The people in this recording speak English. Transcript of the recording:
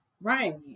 Right